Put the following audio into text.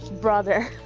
brother